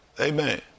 Amen